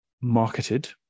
marketed